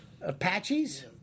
Apaches